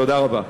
תודה רבה.